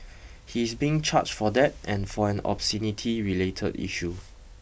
he is being charged for that and for an obscenity related issue